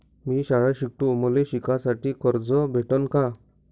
मी शाळा शिकतो, मले शिकासाठी कर्ज भेटन का?